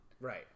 Right